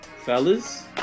Fellas